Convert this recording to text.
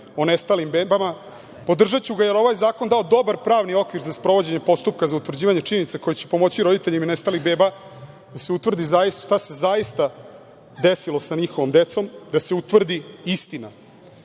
o nestalim bebama. Podržaću ga jer je ovaj zakon dao dobar pravni okvir za sprovođenje postupka za utvrđivanje činjenica koje će pomoći roditeljima nestalih beba da se utvrdi šta se zaista desilo sa njihovom decom, da se utvrdi istina. Na